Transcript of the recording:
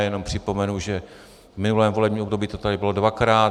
Jenom připomenu, že v minulém volebním období to tady bylo dvakrát.